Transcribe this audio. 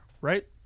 right